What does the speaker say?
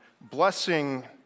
Blessing